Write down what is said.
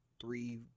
three